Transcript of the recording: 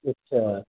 اچھا